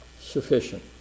sufficient